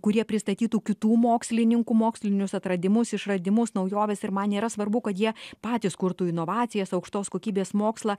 kurie pristatytų kitų mokslininkų mokslinius atradimus išradimus naujoves ir man nėra svarbu kad jie patys kurtų inovacijas aukštos kokybės mokslą